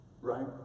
right